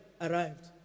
arrived